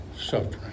suffering